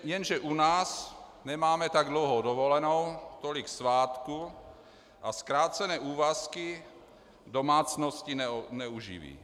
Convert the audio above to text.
Jenže u nás nemáme tak dlouhou dovolenou, tolik svátků a zkrácené úvazky domácnosti neuživí.